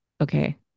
okay